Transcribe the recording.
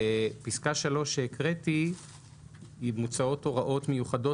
בפסקה (3) שהקראתי מוצעות הוראות מיוחדות